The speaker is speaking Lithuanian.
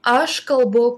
aš kalbu